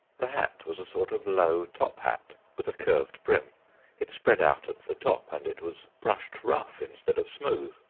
the hat was a sort of low top-hat, with a curved brim it spread out at the top and it was brushed rough instead of smooth.